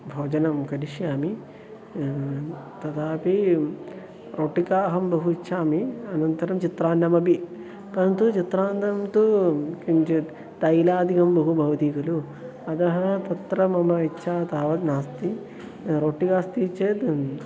भोजनं करिष्यामि तथापि रोट्टिका अहं बहु इच्छामि अनन्तरं चित्रान्नमपि परन्तु चित्रान्नं तु किञ्चित् तैलादिकं बहु भवति खलु अतः तत्र मम इच्छा तावत् नास्ति रोट्टिका अस्ति चेद्